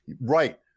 Right